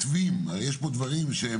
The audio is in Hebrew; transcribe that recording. לי לבכות מפני שאתם נהנים.